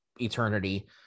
eternity